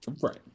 Right